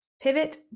pivot